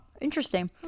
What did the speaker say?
interesting